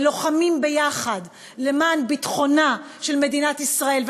ולוחמים יחד למען ביטחונה של מדינת ישראל,